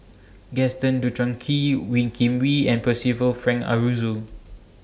Gaston Dutronquoy Wee Kim Wee and Percival Frank Aroozoo